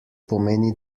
pomeni